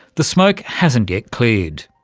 the smoke hasn't yet cleared.